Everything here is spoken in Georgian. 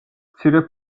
მცირე